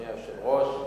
אדוני היושב-ראש,